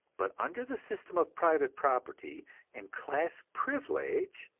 but under the system of private property and class privilege,